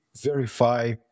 verify